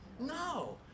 No